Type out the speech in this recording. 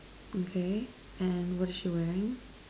okay and what's she wearing